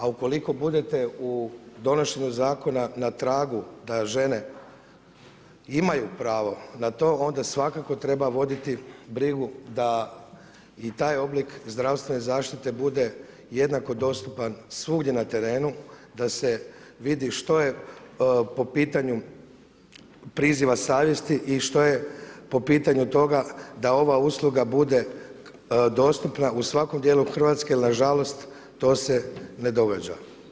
A ukoliko budete u donošenju zakona na tragu da žene imaju pravo na to onda svakako treba voditi brigu da i taj oblik zdravstvene zaštite bude jednako dostupan svugdje na terenu, da se vidi što je po pitanju priziva savjesti i što je po pitanju toga da ova usluga bude dostupna u svakom dijelu Hrvatske jer nažalost to se ne događa.